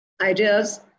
ideas